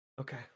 Okay